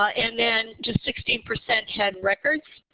ah and then just sixteen percent had records.